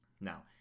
Now